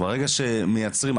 ברגע שמייצרים פחד,